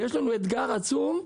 יש לנו אתגר עצום.